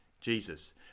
Jesus